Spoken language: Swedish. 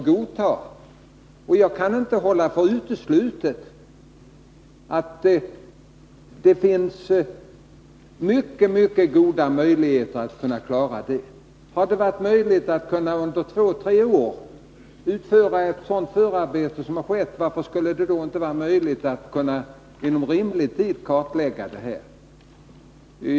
Man bör inte hålla för uteslutet att det finns mycket goda möjligheter att klara det. Har det varit möjligt att under två tre år utföra ett sådant förarbete som har skett, varför skulle det då inte vara möjligt att inom rimlig tid kartlägga det som återstår?